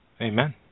Amen